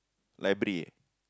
library